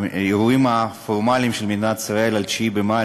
האירועים הפורמליים של מדינת ישראל ב-9 במאי,